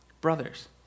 Brothers